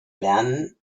lernen